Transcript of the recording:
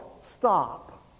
stop